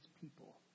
people